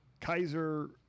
Kaiser